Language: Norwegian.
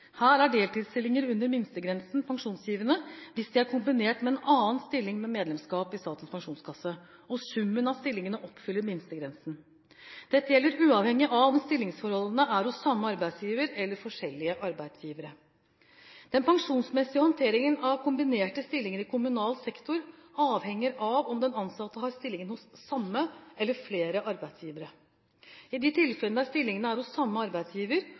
Her er deltidsstillinger under minstegrensen pensjonsgivende hvis de er kombinert med annen stilling med medlemskap i Statens pensjonskasse og summen av stillingene oppfyller minstegrensen. Dette gjelder uavhengig av om stillingsforholdene er hos samme arbeidsgiver eller forskjellige arbeidsgivere. Den pensjonsmessige håndteringen av kombinerte stillinger i kommunal sektor avhenger av om den ansatte har stillingene hos samme arbeidsgiver eller flere arbeidsgivere. I de tilfellene der stillingene er hos samme arbeidsgiver